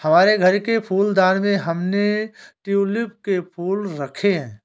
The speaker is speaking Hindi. हमारे घर के फूलदान में हमने ट्यूलिप के फूल रखे हैं